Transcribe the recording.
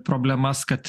problemas kad